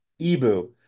Ebu